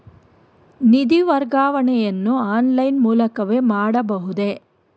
ನಿಧಿ ವರ್ಗಾವಣೆಯನ್ನು ಆನ್ಲೈನ್ ಮೂಲಕವೇ ಮಾಡಬಹುದೇ?